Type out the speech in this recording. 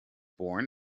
born